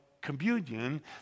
communion